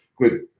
good